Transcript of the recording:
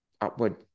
upward